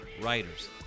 writers